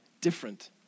Different